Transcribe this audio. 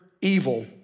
evil